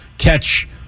Catch